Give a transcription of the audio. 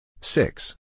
Six